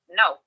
no